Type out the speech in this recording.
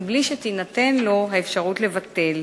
מבלי שתינתן לו האפשרות לבטל.